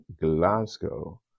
glasgow